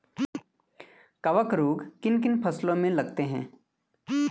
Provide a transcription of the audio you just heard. कवक रोग किन किन फसलों में लगते हैं?